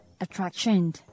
attraction